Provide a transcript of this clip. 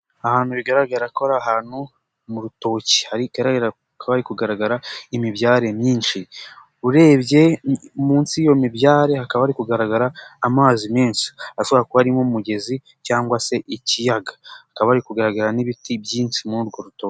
Ahantu bigaragara ko ari ahantu mu rutoki hakaba hari kugaragara imibyare myinshi urebye munsi y'iyo mibyare hakaba hari ari kugaragara amazi menshi ashobora kuba ari nk'umugezi cyangwa se ikiyaga hakaba hari kugaragara n'ibiti byinshi muri urwo rutoki.